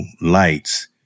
lights